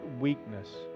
weakness